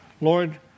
Lord